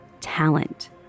talent